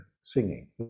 singing